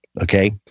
Okay